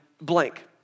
blank